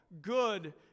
good